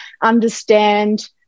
understand